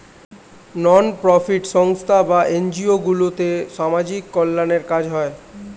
নন profit সংস্থা বা NGO গুলোতে সামাজিক কল্যাণের কাজ হয়